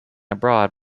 abroad